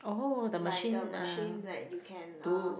like the machine that you can uh